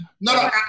No